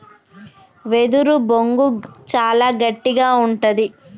వెదురు బొంగు చాలా గట్టిగా ఉంటది